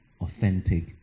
authentic